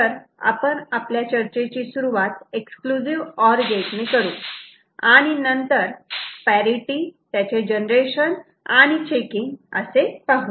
तर आपण आपल्या चर्चेची सुरुवात एक्सक्लुझिव्ह ऑर गेट ने करू आणि नंतर पॅरिटि त्याचे जनरेशन आणि चेकिंग पाहू